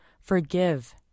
Forgive